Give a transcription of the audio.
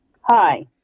Hi